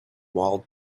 wild